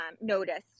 noticed